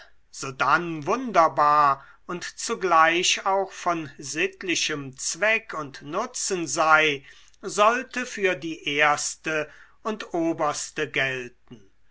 sodann wunderbar und zugleich auch von sittlichem zweck und nutzen sei sollte für die erste und oberste gelten